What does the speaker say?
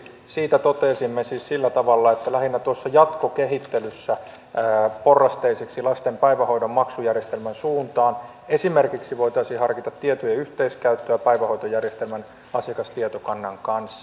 siitä totesimme siis sillä tavalla että lähinnä tuossa jatkokehittelyssä porrasteiseksi lasten päivähoidon maksujärjestelmän suuntaan voitaisiin harkita esimerkiksi tietojen yhteiskäyttöä päivähoitojärjestelmän asiakastietokannan kanssa